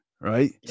Right